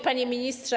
Panie Ministrze!